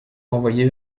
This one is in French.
renvoyée